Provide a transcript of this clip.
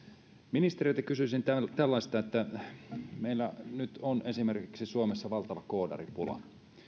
ministereiltä kysyisin tällaista meillä nyt on esimerkiksi suomessa valtava koodaripula